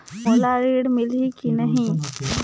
मोला ऋण मिलही की नहीं?